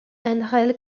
ángel